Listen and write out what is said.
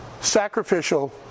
sacrificial